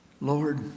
Lord